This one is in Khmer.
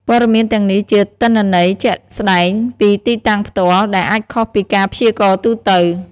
ព័ត៌មានទាំងនេះជាទិន្នន័យជាក់ស្តែងពីទីតាំងផ្ទាល់ ដែលអាចខុសពីការព្យាករណ៍ទូទៅ។